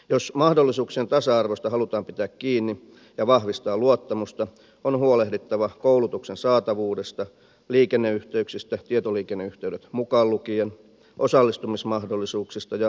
jos mahdollisuuksien tasa arvosta halutaan pitää kiinni ja vahvistaa luottamusta on huolehdittava koulutuksen saatavuudesta liikenneyhteyksistä tietoliikenneyhteydet mukaan lukien osallistumismahdollisuuksista ja perusoikeuksista